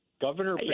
Governor